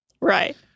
Right